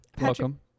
welcome